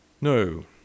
No